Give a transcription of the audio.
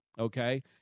okay